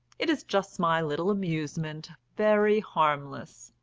it is just my little amusement, very harmless,